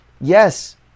Yes